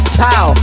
pow